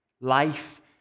life